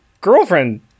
girlfriend